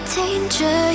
danger